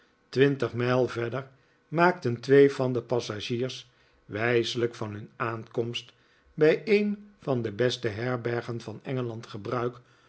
twintig mijl verder maakten twee van de passagiers wijselijk van hun aankomst bij een van de beste herbergen van engeland gebruik